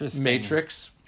matrix